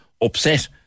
upset